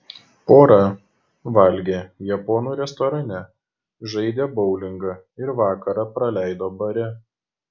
pora valgė japonų restorane žaidė boulingą ir vakarą praleido bare